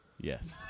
Yes